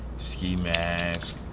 ski mask.